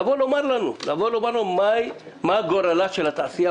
לומר לנו מה גורלה של התעשייה